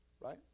right